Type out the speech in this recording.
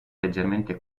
leggermente